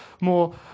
more